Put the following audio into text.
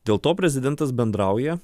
dėl to prezidentas bendrauja